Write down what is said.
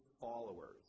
followers